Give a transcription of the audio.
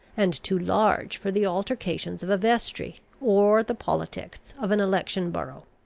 and too large for the altercations of a vestry, or the politics of an election-borough.